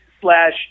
slash